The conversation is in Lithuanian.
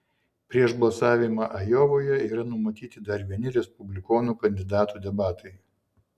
prieš balsavimą ajovoje yra numatyti dar vieni respublikonų kandidatų debatai